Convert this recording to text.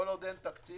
כל עוד אין תקציב,